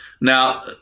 Now